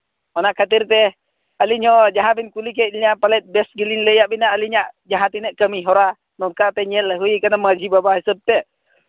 ᱚᱱᱟ ᱠᱷᱟᱹᱛᱤᱨ ᱛᱮ ᱟᱹᱞᱤᱧ ᱦᱚᱸ ᱡᱦᱟᱸᱵᱤᱱ ᱠᱩᱞᱤ ᱠᱮᱫ ᱞᱤᱧᱟᱹ ᱯᱟᱞᱮᱫ ᱵᱮᱥ ᱜᱮᱞᱤᱧ ᱞᱟᱹᱭᱟᱫ ᱵᱤᱱᱟ ᱟᱹᱞᱤᱧᱟᱜ ᱡᱟᱦᱟᱸᱛᱤᱱᱟᱹᱜ ᱠᱟᱹᱢᱤᱦᱚᱨᱟ ᱱᱚᱝᱠᱟ ᱛᱮ ᱧᱮᱞ ᱦᱩᱭ ᱠᱟᱱᱟ ᱢᱟᱹᱡᱷᱤ ᱵᱟᱵᱟ ᱦᱤᱥᱟᱹᱵᱽ ᱛᱮ